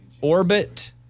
Orbit